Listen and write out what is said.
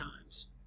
times